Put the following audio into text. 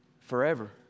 forever